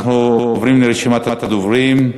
אנחנו עוברים לרשימת הדוברים.